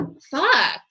Fuck